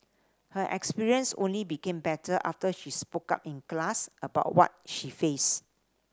her experience only became better after she spoke up in class about what she faced